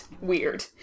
Weird